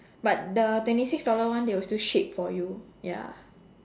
but the twenty six dollar one they will still shade for you ya